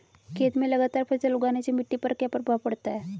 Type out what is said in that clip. खेत में लगातार फसल उगाने से मिट्टी पर क्या प्रभाव पड़ता है?